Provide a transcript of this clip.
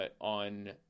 on